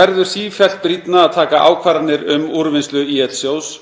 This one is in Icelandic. verður sífellt brýnna að taka ákvarðanir um úrvinnslu ÍL-sjóðs,